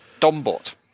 dombot